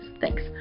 Thanks